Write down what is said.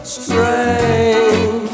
strange